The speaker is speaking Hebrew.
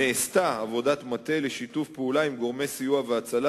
נעשתה עבודת מטה בשיתוף פעולה עם גורמי סיוע והצלה,